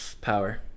power